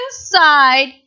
inside